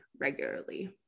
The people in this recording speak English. regularly